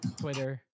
Twitter